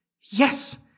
Yes